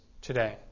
today